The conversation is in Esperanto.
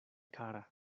kara